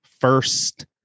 first